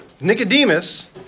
Nicodemus